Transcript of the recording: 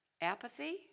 Apathy